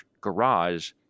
garage